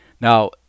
Now